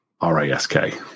R-A-S-K